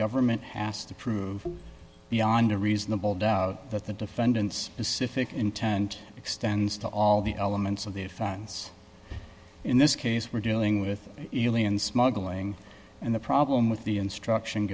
government has to prove beyond a reasonable doubt that the defendant's pacific intent extends to all the elements of the offense in this case we're dealing with elian smuggling and the problem with the instruction